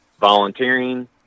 volunteering